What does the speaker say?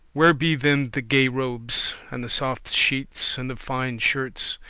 where be then the gay robes, and the soft sheets, and the fine shirts?